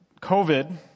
COVID